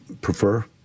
prefer